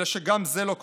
אלא שגם זה לא קורה.